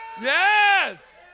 Yes